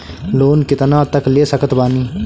Loan कितना तक ले सकत बानी?